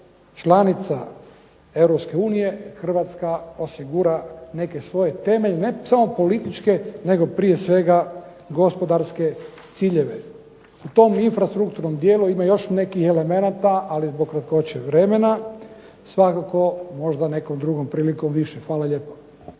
unije Hrvatska osigura neke svoje temelje ne samo političke, nego prije svega gospodarske ciljeve. U tom infrastrukturnom dijelu ima još nekih elemenata, ali zbog kratkoće vremena svakako možda nekom drugom prilikom više. Hvala lijepo.